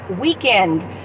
weekend